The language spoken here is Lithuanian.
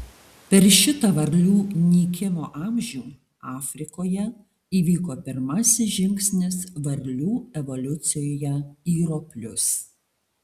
per šitą varlių nykimo amžių afrikoje įvyko pirmasis žingsnis varlių evoliucijoje į roplius